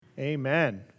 Amen